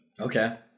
Okay